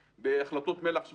החלטות מל"ח 1716,